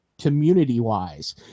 community-wise